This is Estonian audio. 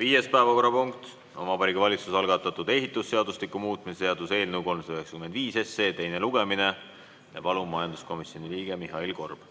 Viies päevakorrapunkt on Vabariigi Valitsuse algatatud ehitusseadustiku muutmise seaduse eelnõu 395 teine lugemine. Palun, majanduskomisjoni liige Mihhail Korb!